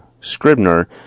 Scribner